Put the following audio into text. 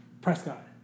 Prescott